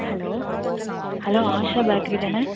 hello hello Asha பேக்கரிதானே